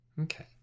Okay